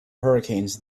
hurricanes